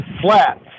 flats